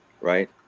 right